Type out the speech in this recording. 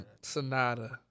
Sonata